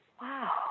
wow